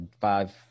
five